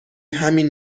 همین